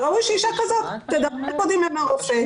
וראוי שאישה כזאת תדבר קודם עם הרופא,